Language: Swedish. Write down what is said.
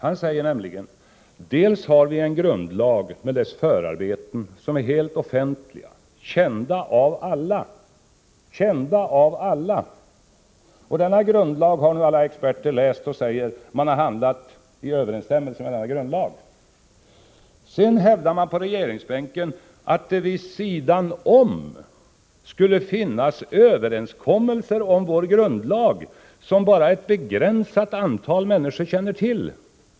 Han säger nämligen att vi har en grundlag med dess förarbeten, som är helt offentliga, kända av alla. Denna grundlag har nu alla experter läst, och de säger att centerpartiet har handlat i överensstämmelse med denna grundlag. Sedan hävdar man från regeringsbänken att det vid sidan om grundlagen skulle finnas överenskommelser om grundlagen som bara ett begränsat antal människor känner till.